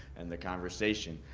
and the conversation,